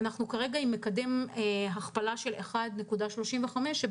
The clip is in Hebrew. ואנחנו נמצאים עם מקדם הכפלה של 1.35. זה